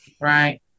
Right